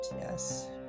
Yes